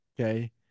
okay